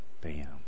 bam